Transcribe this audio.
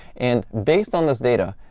and based on this data,